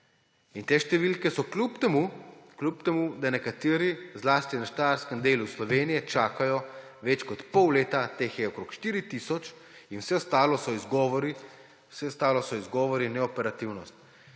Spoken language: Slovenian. In te številke so, kljub temu da nekateri, zlasti na štajerskem delu Slovenije čakajo več kot pol leta, teh je okrog 4 tisoč, in vse ostalo so izgovori; vse